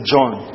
John